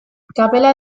kapela